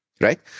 Right